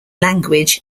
language